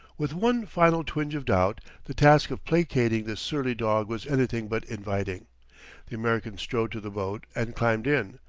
with one final twinge of doubt the task of placating this surly dog was anything but inviting the american strode to the boat and climbed in,